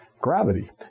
Gravity